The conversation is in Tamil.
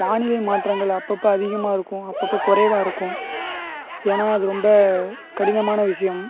வானிலை மாற்றங்கள் அப்போப்ப அதிகமாக இருக்கும் அப்போப்ப குறைவா இருக்கும் ஏன்னால் அது ரொம்ப கடினமான விஷயம்